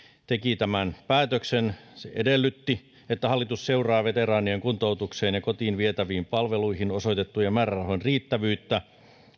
teki tämän päätöksen se edellytti että hallitus seuraa veteraanien kuntoutukseen ja kotiin vietäviin palveluihin osoitettujen määrärahojen riittävyyttä